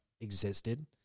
existed